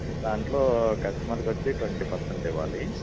దాంట్లో కస్టమర్కి వచ్చి ట్వెంటీ పెర్సెంట్ ఇవ్వాలి